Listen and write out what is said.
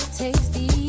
tasty